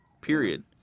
Period